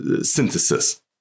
synthesis